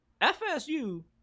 FSU